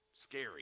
scary